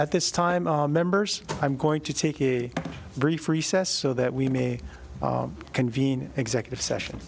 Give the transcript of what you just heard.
at this time members i'm going to take a brief recess so that we may convene executive session